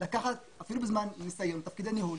ולקחת אפילו לתקופת ניסיון לתפקידי ניהול.